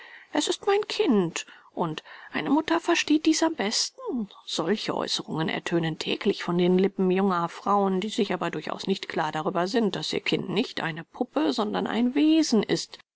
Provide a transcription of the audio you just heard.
es ist mein kind und eine mutter versteht dies am besten solche aeußerungen ertönen täglich von den lippen junger frauen die sich aber durchaus nicht klar darüber sind daß ihr kind nicht eine puppe sondern ein wesen ist